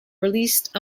released